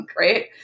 Right